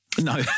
No